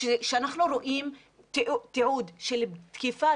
כשאנחנו רואים תיעוד של תקיפה,